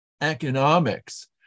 economics